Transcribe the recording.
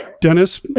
Dennis